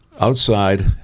outside